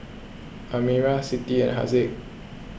Amirah Siti and Haziq